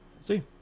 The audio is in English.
See